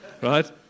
right